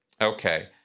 Okay